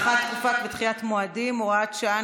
הארכת תקופות ודחיית מועדים (הוראת שעה,